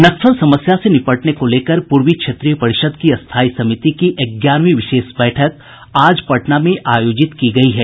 नक्सल समस्या से निपटने को लेकर पूर्वी क्षेत्रीय परिषद की स्थायी समिति की ग्यारहवीं विशेष बैठक आज पटना में आयोजित की गयी है